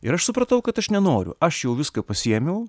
ir aš supratau kad aš nenoriu aš jau viską pasiėmiau